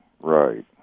right